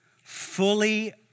fully